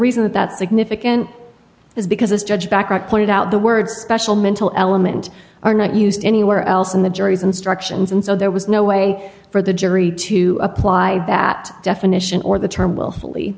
reason that that's significant is because this judge backtracked pointed out the word special mental element are not used anywhere else in the jury's instructions and so there was no way for the jury to apply that definition or the term willfully